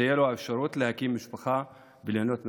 ושתהיה להם האפשרות להקים משפחה וליהנות מהחיים.